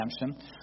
redemption